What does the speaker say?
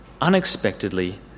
unexpectedly